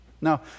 Now